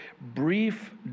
brief